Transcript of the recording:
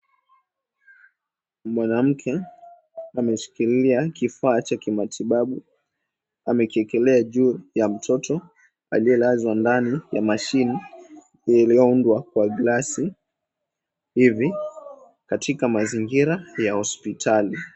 Mwanamke ameshikilia kifaa cha kimatibabu, amekiekelea juu ya mtoto aliyelazwa ndani ya machine iliyoundwa kwa glasi hivi, katika mazingira ya hospitali.